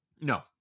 no